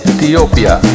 Ethiopia